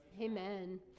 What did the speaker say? Amen